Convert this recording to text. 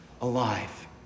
alive